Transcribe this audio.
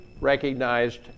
recognized